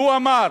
והוא אמר: